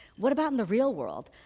what about in the real world?